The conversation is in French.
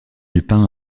lupin